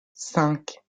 cinq